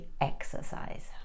exercise